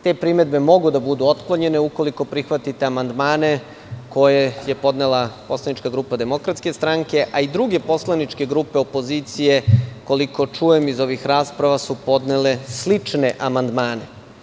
Te primedbe mogu da budu otklonjene, ukoliko prihvatite amandmane koje je podnela poslanička grupa DS, a i druge poslaničke grupe opozicije, koliko čujem iz ovih rasprava, su podnele slične amandmane.